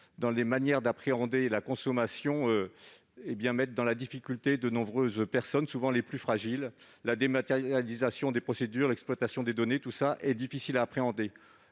et la manière d'appréhender la consommation. Ces changements mettent en difficulté de nombreuses personnes, souvent les plus fragiles ; la dématérialisation des procédures, l'exploitation des données, tout cela est difficile à appréhender.